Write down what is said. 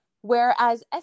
whereas